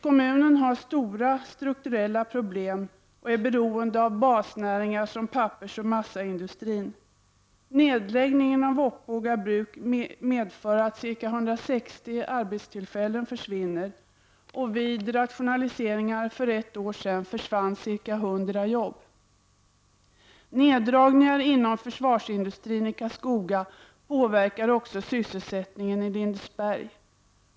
Kommunen har nämligen stora strukturella problem och är beroende av basnäringar som pappersoch massaindustrin. Nedläggningen av Oppboga bruk medför att ca 160 arbetstillfällen försvinner. Vid rationaliseringar för ca ett år sedan försvann ca 100 jobb. Neddragningar inom försvarsindustrin i Karlskoga påverkar också sysselsättningen i Lindesberg.